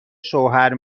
شوهر